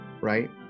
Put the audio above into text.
right